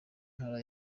ntara